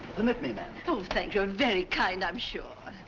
permit me, ma'am. oh, thank you. you're very kind, i'm sure.